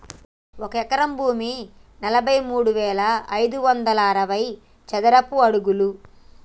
ఒక ఎకరం భూమి నలభై మూడు వేల ఐదు వందల అరవై చదరపు అడుగులు